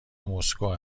مسکو